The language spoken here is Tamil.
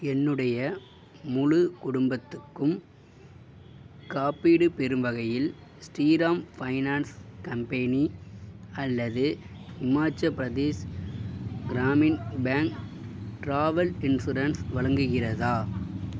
என்னுடைய முழு குடும்பத்துக்கும் காப்பீடு பெறும் வகையில் ஸ்ரீராம் ஃபைனான்ஸ் கம்பெனி அல்லது Himachal Pradesh Gramin bank travel insurance வழங்குகிறதா